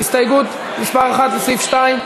הסתייגות מס' 1 לסעיף 2?